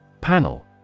Panel